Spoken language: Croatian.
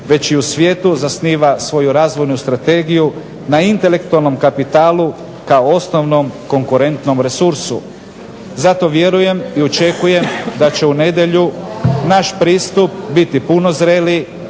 već i u svijetu, zasniva svoju razvojnu strategiju na intelektualnom kapitalu kao osnovnom konkurentnom resursu. Zato vjerujem i očekujem da će u nedjelju naš pristup biti puno zreliji